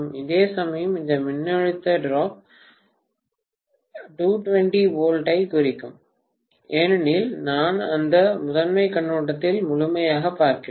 அதே சமயம் இந்த மின்னழுத்த வீழ்ச்சி 220 V ஐக் குறிக்கும் ஏனெனில் நான் அதை முதன்மைக் கண்ணோட்டத்தில் முழுமையாகப் பார்க்கிறேன்